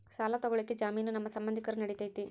ಸಾಲ ತೊಗೋಳಕ್ಕೆ ಜಾಮೇನು ನಮ್ಮ ಸಂಬಂಧಿಕರು ನಡಿತೈತಿ?